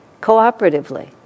cooperatively